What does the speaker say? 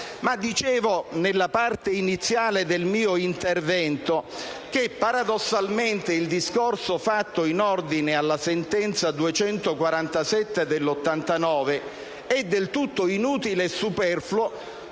dicevo nella parte iniziale del mio intervento, paradossalmente il discorso fatto in ordine alla sentenza n. 247 del 1989 è del tutto inutile e superfluo,